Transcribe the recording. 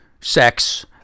sex